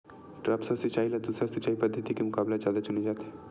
द्रप्स सिंचाई ला दूसर सिंचाई पद्धिति के मुकाबला जादा चुने जाथे